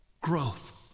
growth